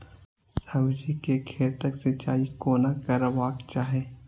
सब्जी के खेतक सिंचाई कोना करबाक चाहि?